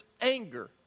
anger